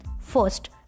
First